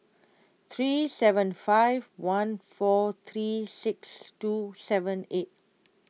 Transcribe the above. three seven five one four three six two seven eight